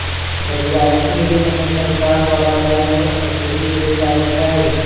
रियायती ऋण में सरकार द्वारा ब्याज पर सब्सिडी देल जाइ छइ